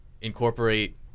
incorporate